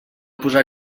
posar